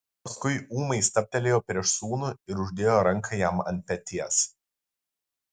paskui ūmai stabtelėjo prieš sūnų ir uždėjo ranką jam ant peties